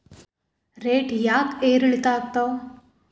Rate ಯಾಕೆ ಏರಿಳಿತ ಆಗ್ತಾವ?